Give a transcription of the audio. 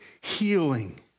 healing